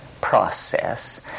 process